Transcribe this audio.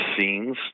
scenes